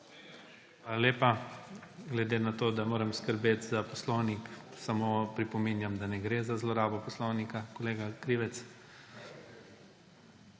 lepa. Glede na to, da moram skrbeti za poslovnik, samo pripominjam, da ne gre za zlorabo poslovnika. Kolega Krivec,